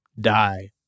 die